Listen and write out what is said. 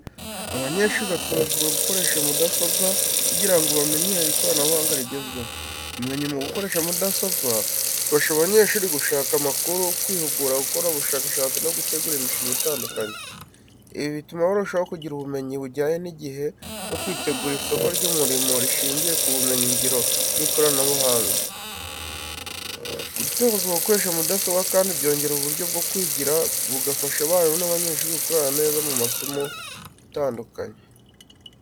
Abanyeshuri batozwa gukoresha mudasobwa kugira ngo bamenyere ikoranabuhanga rigezweho. Ubumenyi mu gukoresha mudasobwa bufasha abanyeshuri gushaka amakuru, kwihugura, gukora ubushakashatsi no gutegura imishinga itandukanye. Ibi bituma barushaho kugira ubumenyi bujyanye n’igihe no kwitegura isoko ry’umurimo rishingiye ku bumenyingiro n’ikoranabuhanga. Gutozwa gukoresha mudasobwa kandi byongera uburyo bwo kwigira, bigafasha abarimu n’abanyeshuri gukorana neza mu masomo atandukanye.